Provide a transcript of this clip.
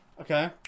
Okay